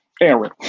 Aaron